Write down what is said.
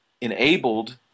enabled